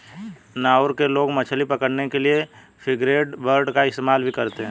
Nauru के लोग मछली पकड़ने के लिए फ्रिगेटबर्ड का इस्तेमाल भी करते हैं